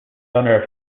honor